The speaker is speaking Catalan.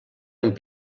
amb